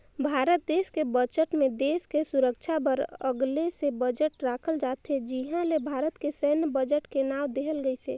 भारत देस के बजट मे देस के सुरक्छा बर अगले से बजट राखल जाथे जिहां ले भारत के सैन्य बजट के नांव देहल गइसे